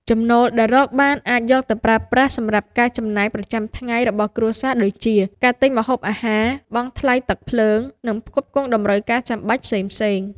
ចំណូលដែលរកបានអាចយកទៅប្រើប្រាស់សម្រាប់ការចំណាយប្រចាំថ្ងៃរបស់គ្រួសារដូចជា ការទិញម្ហូបអាហារ បង់ថ្លៃទឹកភ្លើង និងផ្គត់ផ្គង់តម្រូវការចាំបាច់ផ្សេងៗ។